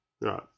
Right